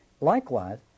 Likewise